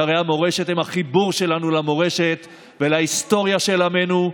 אתרי המורשת הם החיבור שלנו למורשת ולהיסטוריה של עמנו,